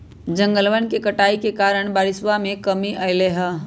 जंगलवन के कटाई के कारण बारिशवा में कमी अयलय है